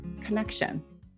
connection